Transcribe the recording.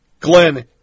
Glenn